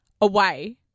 away